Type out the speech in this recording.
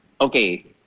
okay